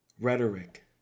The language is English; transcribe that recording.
Rhetoric